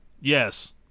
Yes